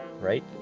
right